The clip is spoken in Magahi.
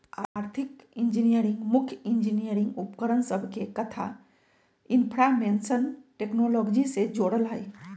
आर्थिक इंजीनियरिंग मुख्य इंजीनियरिंग उपकरण सभके कथा इनफार्मेशन टेक्नोलॉजी से जोड़ल हइ